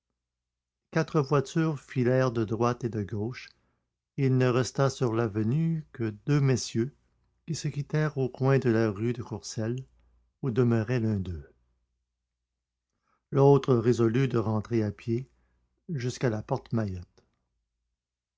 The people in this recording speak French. quatre voitures filèrent de droite et de gauche et il ne resta sur l'avenue que deux messieurs qui se quittèrent au coin de la rue de courcelles où demeurait l'un d'eux l'autre résolut de rentrer à pied jusqu'à la